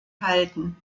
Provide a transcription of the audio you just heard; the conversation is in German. halten